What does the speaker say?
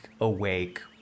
awake